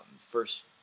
first